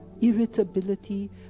irritability